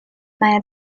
meine